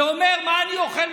ואומר מה אני אוכל,